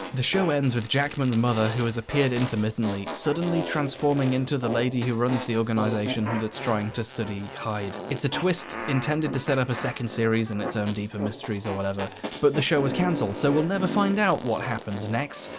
the show ends with jackman's mother, who has appeared intermittently, suddenly transforming into the lady who runs the organization, that's trying to study hyde. it's a twist intended to set up a second series and its own deeper mysteries or whatever but the show was cancelled so we'll never find out what happens next.